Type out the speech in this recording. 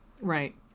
right